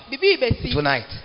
tonight